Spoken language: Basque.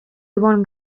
ibon